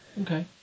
Okay